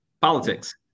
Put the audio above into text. politics